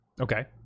Okay